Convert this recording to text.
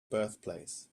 birthplace